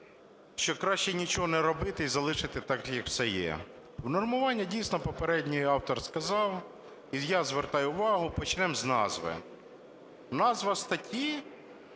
що краще нічого не робити і залишити так, як все є. Унормування, дійсно, попередній автор сказав і я звертаю увагу, почнемо з назви. Назва статті